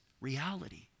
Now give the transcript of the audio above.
reality